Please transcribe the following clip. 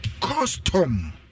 custom